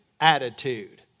attitude